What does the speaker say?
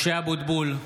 (קורא בשמות חברי הכנסת) משה אבוטבול,